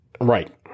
Right